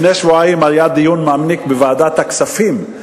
לפני שבועיים היה דיון מעמיק בוועדת הכספים,